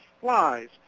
flies